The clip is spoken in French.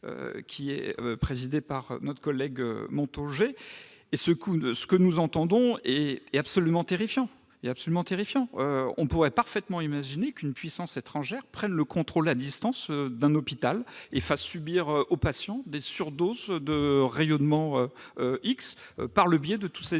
d'enquête présidée par notre collègue Franck Montaugé, et ce que nous y entendons est absolument terrifiant. On pourrait parfaitement imaginer qu'une puissance étrangère prenne le contrôle à distance d'un hôpital et fasse subir aux patients des surdoses de rayonnement X au moyen de ces